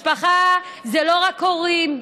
משפחה זה לא רק הורים.